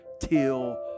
till